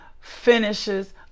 finishes